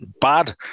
bad